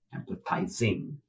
empathizing